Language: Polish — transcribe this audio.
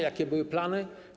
Jakie były plany?